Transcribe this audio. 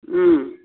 ம்